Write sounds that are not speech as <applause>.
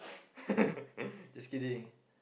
<laughs> just kidding